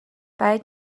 بعید